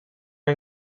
are